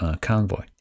convoy